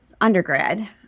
undergrad